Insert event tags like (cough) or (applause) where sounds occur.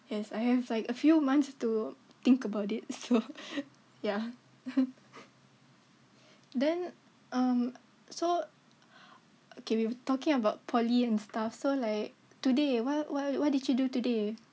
yes I have like a few months to think about it so (laughs) ya (laughs) then um so okay we talking about poly and stuff so like today wh~ wh~ what did you do today